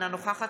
אינה נוכחת